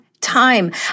time